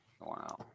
Wow